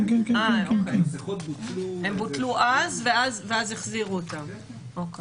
הן בוטלו ואז החזירו אותן, אוקיי.